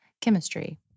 chemistry